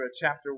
chapter